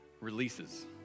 releases